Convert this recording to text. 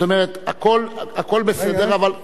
כלומר, הכול בסדר, אבל,